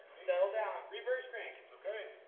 settle down, reverse crank ok.